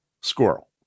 squirrel